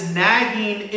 nagging